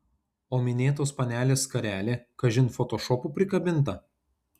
o minėtos panelės skarelė kažin fotošopu prikabinta